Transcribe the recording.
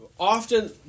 Often